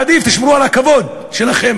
עדיף לשמור על הכבוד שלכם.